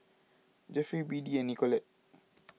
Jefferey Beadie and Nicolette